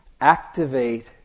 activate